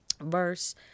verse